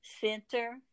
center